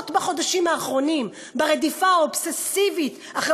בחודשים האחרונים פחות ברדיפה אובססיבית אחרי